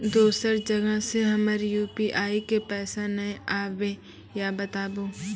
दोसर जगह से हमर यु.पी.आई पे पैसा नैय आबे या बताबू?